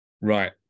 Right